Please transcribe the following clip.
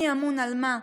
מי אמון על מה.